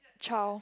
child